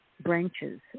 branches